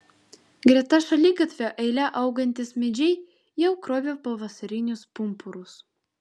greta šaligatvio eile augantys medžiai jau krovė pavasarinius pumpurus